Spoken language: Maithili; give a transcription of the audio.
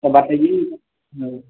तऽ बतेइए ओ